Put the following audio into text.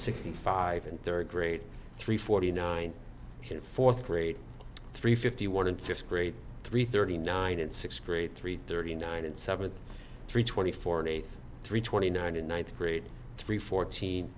sixty five in third grade three forty nine in fourth grade three fifty one in fifth grade three thirty nine and six create three thirty nine and seventy three twenty four an eighth three twenty nine to ninety grade three fourteen